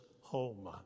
home